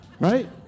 Right